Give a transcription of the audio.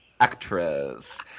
Actress